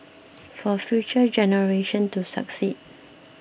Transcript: for future generation to succeed